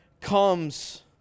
comes